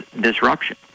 disruption